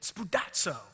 Spudazzo